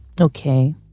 Okay